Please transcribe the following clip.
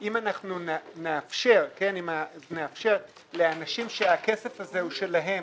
אם נאפשר לאנשים שהכסף הזה שלהם